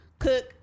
cook